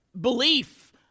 belief